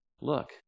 look